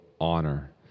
honor